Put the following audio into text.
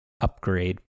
upgrade